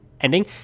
ending